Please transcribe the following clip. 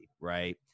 right